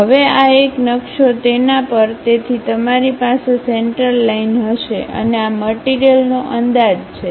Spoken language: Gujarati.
હવે આ એક નકશો તેના પર તેથી તમારી પાસે સેન્ટર લાઈન હશે અને આ મટીરીયલનો અંદાજ છે